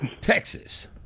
Texas